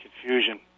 confusion